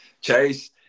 chase